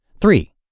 Three